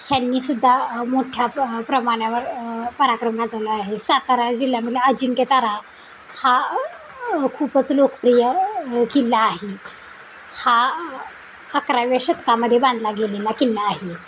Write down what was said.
ह्यांनी सुद्धा मोठ्या प्र प्रमाणावर पराक्रम गाजवला आहे सातारा जिल्ह्यामधला अजिंक्यतारा हा खूपच लोकप्रिय किल्ला आहे हा अकराव्या शतकामध्ये बांधला गेलेला किल्ला आहे